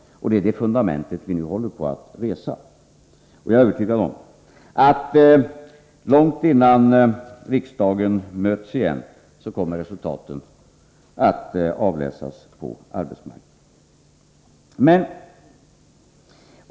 Det är det fundamentet vi nu håller på att resa. Jag är övertygad om att långt innan riksdagen möts igen kommer resultatet att avläsas på arbetsmarknaden.